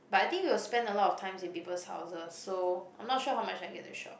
but I think we will spend a lot of time in people's houses so I'm not sure how much I get to shop